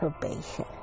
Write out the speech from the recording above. probation